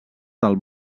del